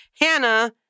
Hannah